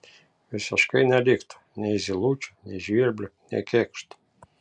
visiškai neliktų nei zylučių nei žvirblių nei kėkštų